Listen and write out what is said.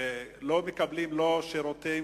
לא מקבלים שירותים